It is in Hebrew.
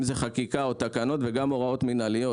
אם זה חקיקה או תקנות וגם הוראות מינהליות,